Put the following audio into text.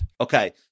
Okay